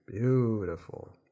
Beautiful